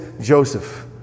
Joseph